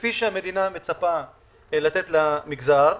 כפי שהמדינה מצפה לתת למגזר,